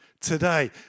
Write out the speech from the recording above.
today